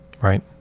right